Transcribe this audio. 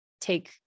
take